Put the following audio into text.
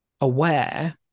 aware